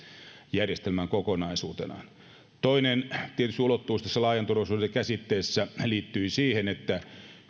järjestelmän kokonaisuudessaan toinen ulottuvuus laajassa turvallisuuskäsitteessä liittyi tietysti siihen että